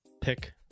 pick